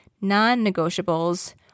non-negotiables